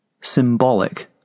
symbolic